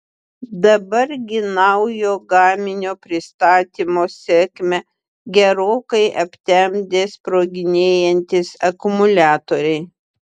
dabar gi naujo gaminio pristatymo sėkmę gerokai aptemdė sproginėjantys akumuliatoriai